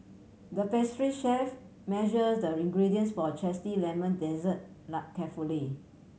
the pastry chef measure the ingredients for a zesty lemon dessert carefully